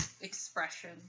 Expression